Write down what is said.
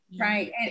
Right